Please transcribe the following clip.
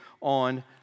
on